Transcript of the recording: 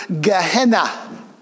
Gehenna